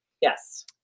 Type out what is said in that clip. Yes